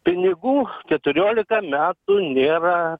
pinigų keturiolika metų nėra